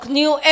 new